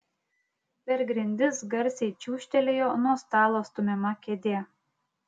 per grindis garsiai čiūžtelėjo nuo stalo stumiama kėdė